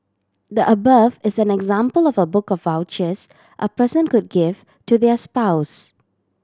the above is an example of a book of vouchers a person could give to their spouse